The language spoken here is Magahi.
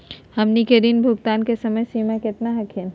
हमनी के ऋण भुगतान के समय सीमा केतना हखिन?